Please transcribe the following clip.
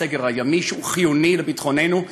הסגר הימי שהוא חיוני לביטחוננו,